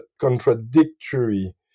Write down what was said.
contradictory